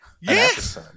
Yes